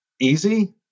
easy